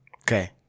Okay